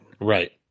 right